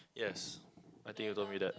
yes I think you told me that